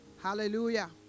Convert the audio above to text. Hallelujah